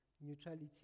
neutrality